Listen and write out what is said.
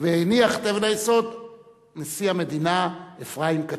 והניח את אבן היסוד נשיא המדינה אפרים קציר,